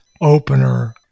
opener